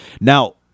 Now